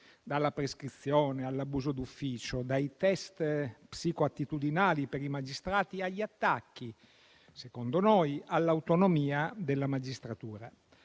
dalla prescrizione all'abuso d'ufficio, dai test psicoattitudinali per i magistrati agli attacchi - secondo noi - all'autonomia della magistratura.